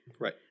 Right